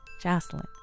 Jocelyn